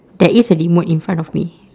there is a remote in front of me